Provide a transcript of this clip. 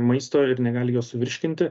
maisto ir negali jo suvirškinti